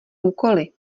úkoly